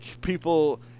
people